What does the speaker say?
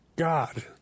God